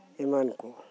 ᱮᱢᱟᱱᱠᱩ